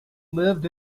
lived